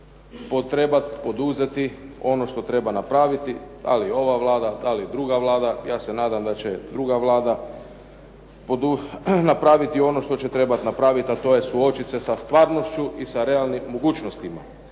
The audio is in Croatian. trebati poduzeti ono što treba napraviti, da li ova Vlada, da li druga Vlada, ja se nadam da će druga Vlada napraviti ono što će trebati napraviti, a to je suočiti se sa stvarnošću i sa realnim mogućnostima.